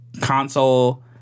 Console